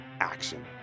action